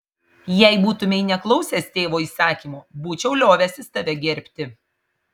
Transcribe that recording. jei būtumei neklausęs tėvo įsakymo būčiau liovęsis tave gerbti